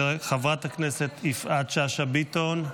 חברת הכנסת יפעת שאשא ביטון,